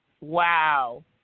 wow